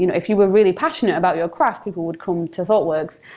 you know if you were really passionate about your craft, people would come to thoughtworks.